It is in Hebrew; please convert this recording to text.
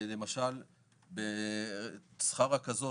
למשל בשכר רכזות.